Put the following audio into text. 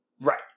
Right